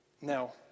Now